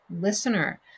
listener